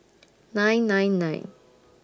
nine nine nine